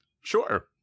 Sure